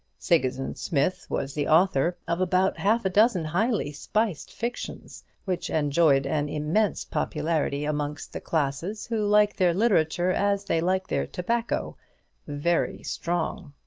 sigismund smith was the author of about half-a-dozen highly-spiced fictions, which enjoyed an immense popularity amongst the classes who like their literature as they like their tobacco very strong.